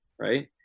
Right